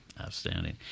Outstanding